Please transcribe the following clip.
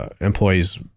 Employees